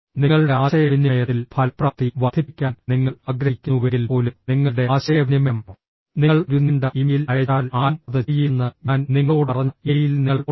നിങ്ങളുടെ ആശയവിനിമയത്തിൽ ഫലപ്രാപ്തി വർദ്ധിപ്പിക്കാൻ നിങ്ങൾ ആഗ്രഹിക്കുന്നുവെങ്കിൽ പോലും നിങ്ങളുടെ ആശയവിനിമയം നിങ്ങൾ ഒരു നീണ്ട ഇമെയിൽ അയച്ചാൽ ആരും അത് ചെയ്യില്ലെന്ന് ഞാൻ നിങ്ങളോട് പറഞ്ഞ ഇമെയിലിൽ നിങ്ങൾ ഓർക്കുന്നു